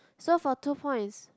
so for two points